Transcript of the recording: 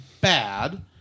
bad